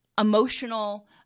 emotional